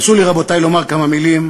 הרשו לי, רבותי, לומר כמה מילים